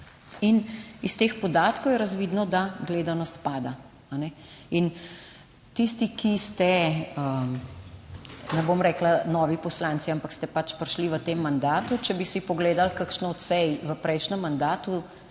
in iz teh podatkov je razvidno, da gledanost pada. In tisti, ki ste, ne bom rekla novi poslanci, ampak ste pač prišli v tem mandatu, če bi si pogledali kakšno od sej v prejšnjem mandatu,